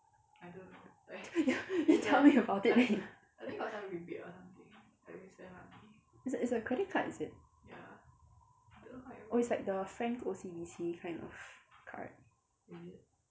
you you tell me about it then you it's a it's a credit card is it oh it's like the frank O_C_B_C kind of card